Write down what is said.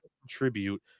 contribute